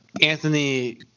Anthony